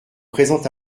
présent